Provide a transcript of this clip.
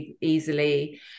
easily